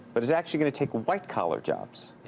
but is actually going to take white-collar jobs.